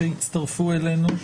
שהצטרפו אלינו.